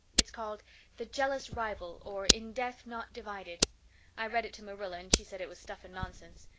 it's called the jealous rival or in death not divided i read it to marilla and she said it was stuff and nonsense.